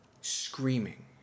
screaming